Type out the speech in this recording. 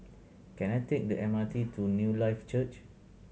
can I take the M R T to Newlife Church